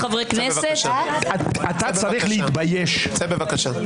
חברת הכנסת דבי ביטון, תודה.